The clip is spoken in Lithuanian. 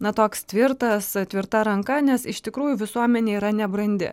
na toks tvirtas tvirta ranka nes iš tikrųjų visuomenė yra nebrandi